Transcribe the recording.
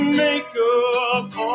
makeup